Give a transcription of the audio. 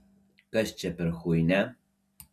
kas čia per chuinia